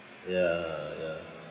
ya ya